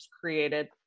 created